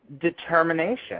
determination